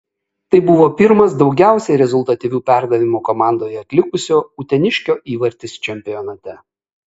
tai buvo pirmas daugiausiai rezultatyvių perdavimų komandoje atlikusio uteniškio įvartis čempionate